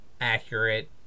accurate